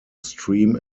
stream